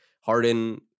Harden